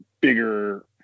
bigger